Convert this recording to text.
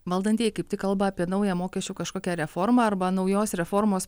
valdantieji kaip tik kalba apie naują mokesčių kažkokią reformą arba naujos reformos